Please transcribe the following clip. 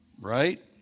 Right